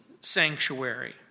sanctuary